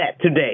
today